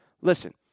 listen